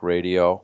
Radio